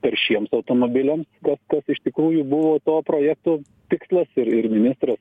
taršiems automobiliams kas kas iš tikrųjų buvo to projekto tikslas ir ir ministras